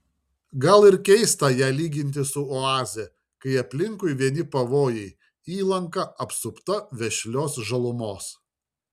gal ir keista ją lyginti su oaze kai aplinkui vieni pavojai įlanka apsupta vešlios žalumos